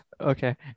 Okay